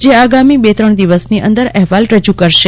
જે આગામી લે ત્રણ દિવસની અંદર અહેવાલ રજૂ કરશે